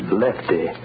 Lefty